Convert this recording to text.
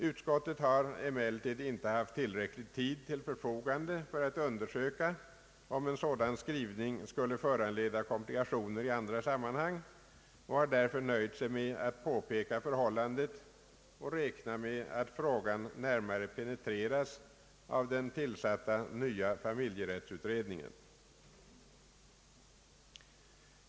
Utskottet har emellertid inte haft tillräcklig tid till förfogande för att undersöka om en sådan skrivning skulle föranleda komplikationer i andra sammanhang och har därför nöjt sig med att påpeka förhållandet och räkna med att frågan närmare penetreras av den tillsatta nya familjerättsutredningen.